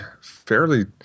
fairly